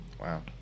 Wow